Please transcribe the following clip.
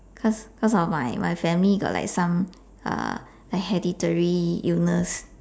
cause cause of my my family got like some uh the hereditary illness